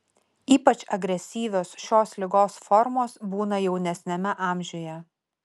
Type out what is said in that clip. ypač agresyvios šios ligos formos būna jaunesniame amžiuje